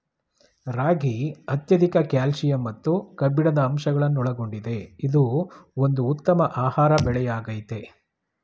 ರಾಗಿ ಅತ್ಯಧಿಕ ಕ್ಯಾಲ್ಸಿಯಂ ಮತ್ತು ಕಬ್ಬಿಣದ ಅಂಶಗಳನ್ನೊಳಗೊಂಡಿದೆ ಇದು ಒಂದು ಉತ್ತಮ ಆಹಾರ ಬೆಳೆಯಾಗಯ್ತೆ